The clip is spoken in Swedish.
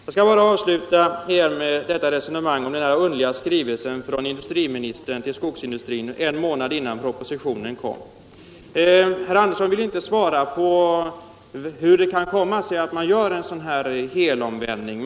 Jag skall bara avsluta resonemanget om den underliga skrivelsen från industriministern till skogsindustrin en månad innan propositionen kom. Herr Andersson ville inte svara på hur det kunde komma sig att man gör en sådan här helomvändning.